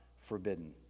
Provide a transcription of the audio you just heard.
forbidden